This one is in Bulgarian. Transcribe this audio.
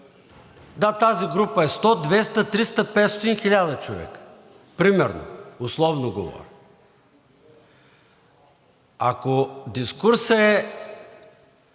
да, тази група е 100, 200, 300, 500, 1000 човека примерно, условно говоря. Ако дискурсът е: